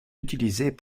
utilisés